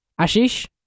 Ashish